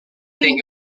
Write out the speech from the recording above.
think